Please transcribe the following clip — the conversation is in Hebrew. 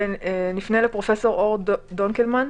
פרופ' אור דונקלמן,